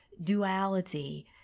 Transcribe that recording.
duality